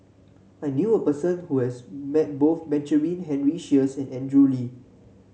I knew a person who has met both Benjamin Henry Sheares and Andrew Lee